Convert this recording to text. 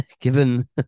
given